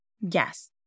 Yes